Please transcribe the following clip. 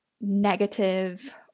negative